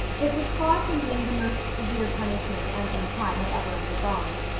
it was far from being the most severe punishment anthony pye had ever undergone.